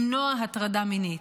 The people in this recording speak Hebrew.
למנוע הטרדה מינית.